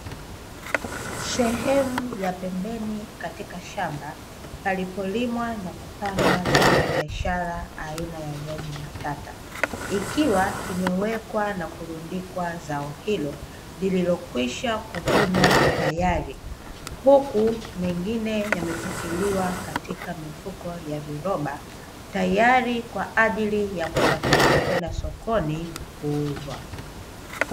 Sehemu ya pembeni katika shamba palipolimwa na kupandwa zao la biashara aina ya viazi mbatata, ikiwa imewekwa na kurudikwa zao hilo lililokwisha kuvunwa tayari; huku mengine yamepakiliwa katika mifuko ya viroba tayari kwa ajili ya kusafirisha kwenda sokoni kuuzwa.